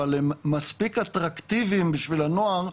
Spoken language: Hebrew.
אבל הם מספיק אטרקטיביים בשביל הנוער,